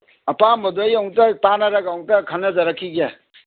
ꯑꯄꯥꯝꯕꯗꯨ ꯑꯩ ꯑꯝꯇ ꯇꯥꯟꯅꯔꯒ ꯑꯝꯇ ꯈꯟꯅꯖꯔꯛꯈꯤꯒꯦ